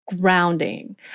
grounding